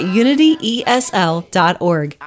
unityesl.org